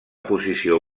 posició